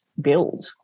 build